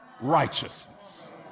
righteousness